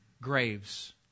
graves